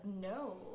no